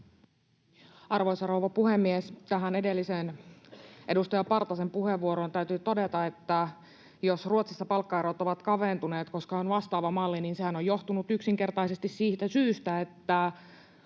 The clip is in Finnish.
Arvoisa rouva puhemies! Tähän edelliseen, edustaja Partasen puheenvuoroon täytyy todeta, että jos Ruotsissa palkkaerot ovat kaventuneet, koska on vastaava malli, niin sehän on johtunut yksinkertaisesti siitä syystä, että